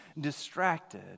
distracted